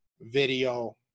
video